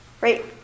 right